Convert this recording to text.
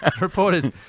reporters